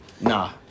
Nah